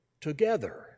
together